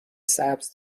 سبز